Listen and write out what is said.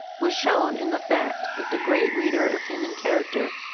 was shown in the fact that the great reader of human character,